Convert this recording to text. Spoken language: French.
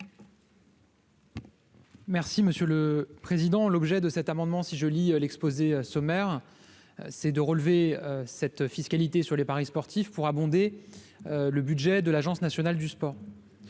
Merci monsieur le président, l'objet de cet amendement si je lis l'exposé sommaire, c'est de relever cette fiscalité sur les paris sportifs pour abonder le budget de l'Agence nationale du sport,